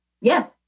yes